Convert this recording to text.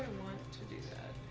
to the sound